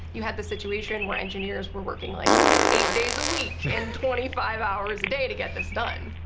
you had the situation where engineers were working like eight days a week and twenty five hours a day to get this done.